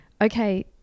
Okay